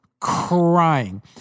crying